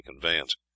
conveyance